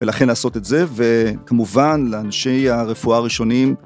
ולכן לעשות את זה, וכמובן לאנשי הרפואה הראשונים.